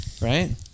right